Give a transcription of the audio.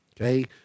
okay